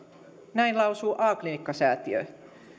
näin lausuu a klinikkasäätiö